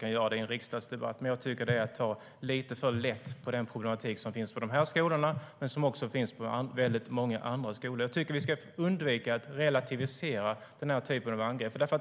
sig i en riksdagsdebatt, men det är att ta lite för lätt på de problem som finns på dessa skolor och på många andra skolor. Vi ska undvika att relativisera den typen av angrepp.